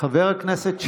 חבר הכנסת שיין.